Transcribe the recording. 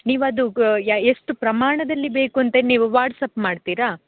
ನೀವು ಅದು ಎಷ್ಟು ಪ್ರಮಾಣದಲ್ಲಿ ಬೇಕು ಅಂತ ನೀವು ವಾಟ್ಸ್ಆ್ಯಪ್ ಮಾಡ್ತೀರಾ